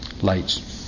lights